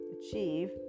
achieve